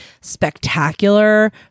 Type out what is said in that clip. spectacular